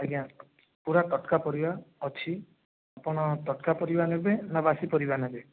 ଆଜ୍ଞା ପୁରା ତଟକା ପରିବା ଅଛି ଆପଣ ତଟକା ପରିବା ନେବେ ନା ବାସି ପରିବା ନେବେ